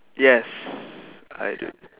yes I do